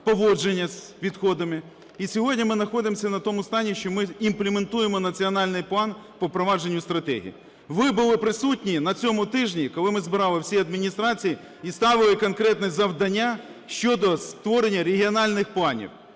поводження з відходами. І сьогодні ми знаходимося на тому стані, що ми імплементуємо національний план по впровадженню стратегії. Ви були присутні на цьому тижні, коли ми збирали всі адміністрації і ставили конкретне завдання щодо створення регіональних планів.